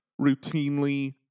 routinely